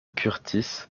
curtis